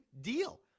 deal